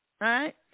right